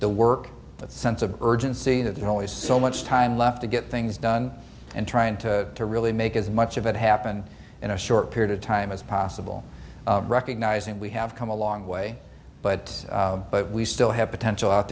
the work that sense of urgency that there are only so much time left to get things done and trying to really make as much of it happen in a short period of time as possible recognizing we have come a long way but but we still have potential out